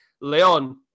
Leon